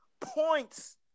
Points